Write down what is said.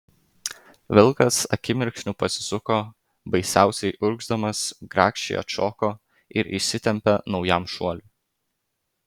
vilkas akimirksniu pasisuko baisiausiai urgzdamas grakščiai atšoko ir įsitempė naujam šuoliui